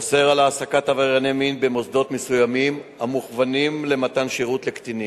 אוסר העסקת עברייני מין במוסדות מסוימים המכוונים למתן שירות לקטינים,